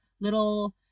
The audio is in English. little